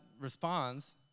responds